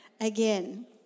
again